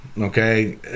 okay